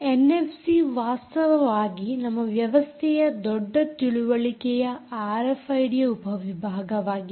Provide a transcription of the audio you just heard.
NFC ವಾಸ್ತವವಾಗಿ ನಮ್ಮ ವ್ಯವಸ್ಥೆಯ ದೊಡ್ಡ ತಿಳುವಳಿಕೆಯ ಆರ್ಎಫ್ಐಡಿಯ ಉಪವಿಭಾಗವಾಗಿದೆ